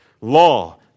law